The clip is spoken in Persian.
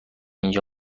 اینجا